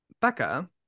Becca